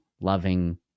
loving